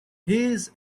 his